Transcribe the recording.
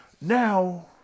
now